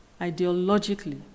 ideologically